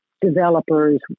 developers